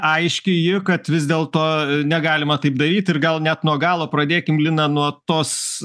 aiški ji kad vis dėlto negalima taip daryt ir gal net nuo galo pradėkim lina nuo tos